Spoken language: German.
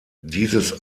dieses